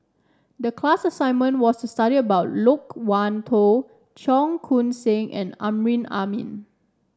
the class assignment was to study about Loke Wan Tho Cheong Koon Seng and Amrin Amin